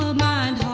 nine